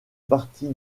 partie